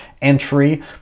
entry